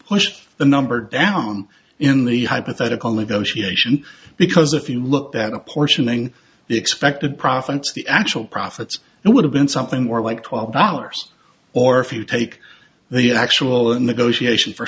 push the number down in the hypothetical negotiation because if you looked at apportioning the expected profits the actual profits would have been something more like twelve dollars or if you take the actual in the goshi ation for